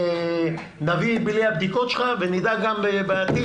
נביא בלי הבדיקות שלך ונדאג גם בעתיד